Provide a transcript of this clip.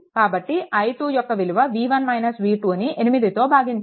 కాబట్టి i2 యొక్క విలువ V1 - V2ను 8తో భాగించాలి